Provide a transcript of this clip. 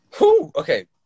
Okay